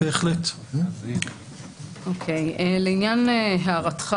וכך אולי היה גם ראוי לעשות,